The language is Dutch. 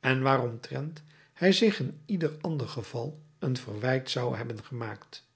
en waaromtrent hij zich in ieder ander geval een verwijt zou hebben gemaakt